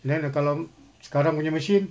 then uh kalau sekarang punya machine